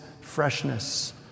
freshness